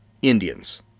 Indians